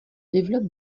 développe